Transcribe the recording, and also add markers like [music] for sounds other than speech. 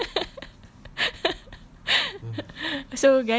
[laughs]